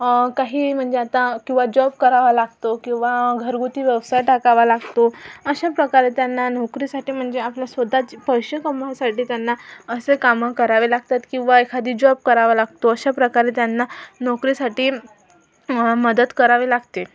काही म्हणजे आता किंवा जॉब करावा लागतो किंवा घरगुती व्यवसाय टाकावा लागतो अशाप्रकारे त्यांना नोकरीसाठी म्हणजे आपल्या स्वतःचे पैसे कमवायसाठी त्यांना असे काम करावे लागतात किंवा एखादी जॉब करावा लागतो अशाप्रकारे त्यांना नोकरीसाठी मदत करावी लागते